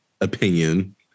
opinion